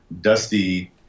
Dusty